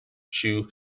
shoe